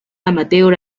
amateur